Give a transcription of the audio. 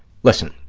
listen,